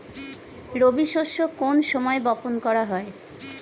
রবি শস্য কোন সময় বপন করা হয়?